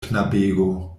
knabego